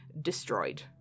destroyed